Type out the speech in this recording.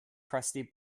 crusty